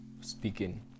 speaking